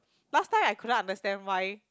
last time I couldn't understand why